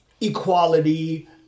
Equality